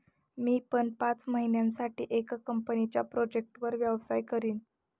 मी पण पाच महिन्यासाठी एका कंपनीच्या प्रोजेक्टवर व्यवसाय करीन